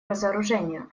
разоружению